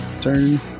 turn